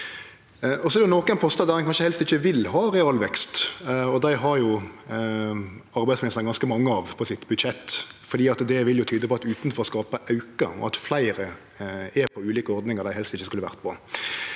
Det er nokre postar ein kanskje helst ikkje vil ha realvekst på, og dei har arbeidsministeren ganske mange av på budsjettet sitt. Det vil jo tyde på at utanforskapen aukar og at fleire er på ulike ordningar dei helst ikkje skulle vore på.